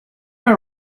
our